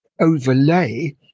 overlay